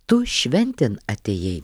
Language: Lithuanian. tu šventėn atėjai